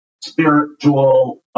spiritual